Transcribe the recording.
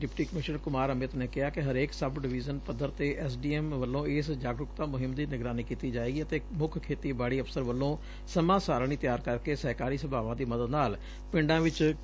deputy commissioner Kumar Amit ਨੇ ਕਿਹਾ ਕਿ ਹਰੇਕ ਸਬ ਡਵੀਜ਼ਨ ਪੱਧਰ ਤੇ ਐਸਡੀਐਮ ਵੱਲੋ ਇਸ ਜਾਗਰੁਕਤਾ ਮੁਹਿੰਮ ਦੀ ਨਿਗਰਾਨੀ ਕੀਤੀ ਜਾਵੇਗੀ ਅਤੇ ਮੁੱਖ ਖੇਤੀਬਾਤੀ ਅਫ਼ਸਰ ਵੱਲੋ ਸਮਾਂ ਸਾਰਣੀ ਤਿਆਰ ਕਰਕੇ ਸਹਿਕਾਰੀ ਸਭਾਵਾਂ ਦੀ ਮਦਦ ਨਾਲ ਪਿੰਡਾਂ ਵਿੱਚ ਕੈਂਪ ਲਗਾਏ ਜਾਣਗੇ